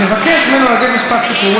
אני מבקש ממנו להביא משפט סיכום.